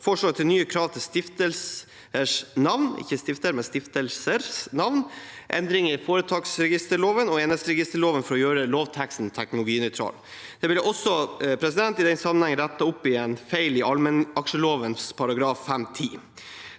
forslag til nye krav til stiftelsers navn, endring i foretaksregisterloven og i enhetsregisterloven for å gjøre lovteksten teknologinøytral. Det vil også i den sammenheng bli rettet opp en feil i allmennaksjeloven § 5-10.